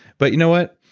but you know what,